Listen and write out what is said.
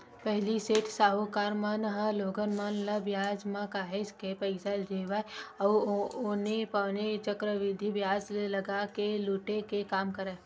पहिली सेठ, साहूकार मन ह लोगन मन ल बियाज म काहेच के पइसा देवय अउ औने पौने चक्रबृद्धि बियाज लगा के लुटे के काम करय